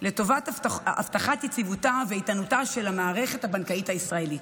לטובת הבטחת יציבותה ואיתנותה של המערכת הבנקאית הישראלית.